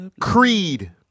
Creed